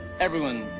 everyone,